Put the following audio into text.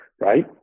right